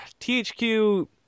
THQ